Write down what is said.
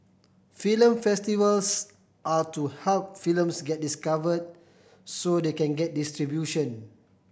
film festivals are to help films get discover so they can get distribution